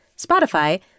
Spotify